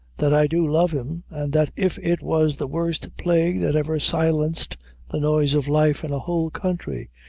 that i do love him, and that if it was the worst plague that ever silenced the noise of life in a whole country,